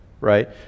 Right